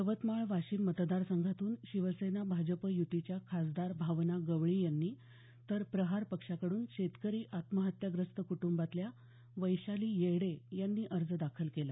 यवतमाळ वाशिम मतदार संघातून शिवसेना भाजप युतीच्या खासदार भावना गवळी यांनी तर प्रहार पक्षाकडून शेतकरी आत्महत्याग्रस्त कुटुंबातल्या वैशाली येडे यांनी अर्ज दाखल केला